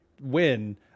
win